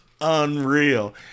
unreal